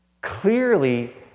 Clearly